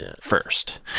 first